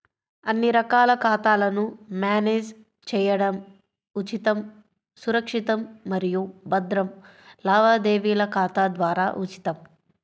అన్ని రకాల ఖాతాలను మ్యానేజ్ చేయడం ఉచితం, సురక్షితం మరియు భద్రం లావాదేవీల ఖాతా ద్వారా ఉచితం